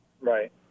Right